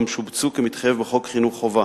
שבהם הם שובצו כמתחייב בחוק חינוך חובה.